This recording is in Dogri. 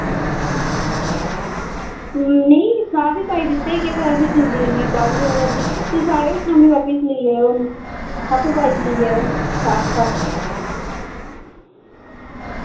नेईं साफ ही पाई दित्ते हे केह् पता फिर जल्दी जल्दी पाउड़े होने दिक् तुस शाम्मी बापस लेई जाएओ आप्पू पाइयै लेई जाएओ साफ साफ